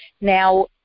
Now